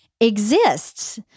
exists